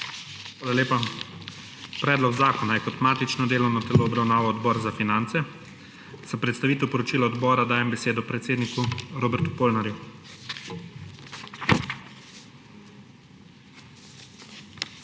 Hvala lepa. Predlog zakona je kot matično delovno telo obravnaval Odbor za finance. Za prestavitev poročila odbora dajem besedo predsedniku Robertu Polnarju. ROBERT